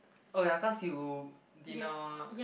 oh ya cause you dinner